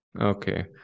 Okay